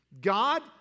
God